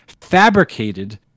fabricated